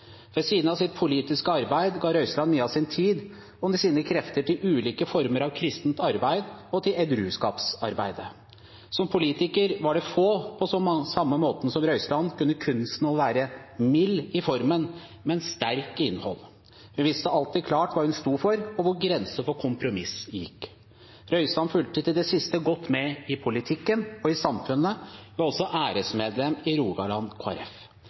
Ved siden av sitt politiske arbeid ga Røyseland mye av sin tid og sine krefter til ulike former for kristent arbeid og til edruskapsarbeidet. Som politiker var det få som på samme måten som Røyseland kunne kunsten å være mild i formen, men sterk i innhold. Hun viste alltid klart hva hun sto for, og hvor grensen for kompromiss gikk. Røyseland fulgte til det siste godt med i politikken og i samfunnet. Hun var også æresmedlem i Rogaland